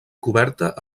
coberta